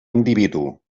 individu